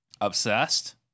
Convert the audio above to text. obsessed